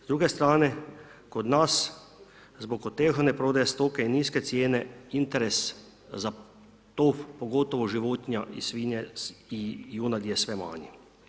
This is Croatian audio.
S druge strane, kod nas zbog otežane prodaje stoke i niske cijene, interes za tov, pogotovo životinja i svinja i junadi je sve manji.